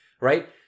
right